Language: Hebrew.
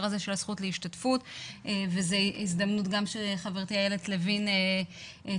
הזה של הזכות להשתתפות וזו הזדמנות גם שחברתי אילת לוין תשמע,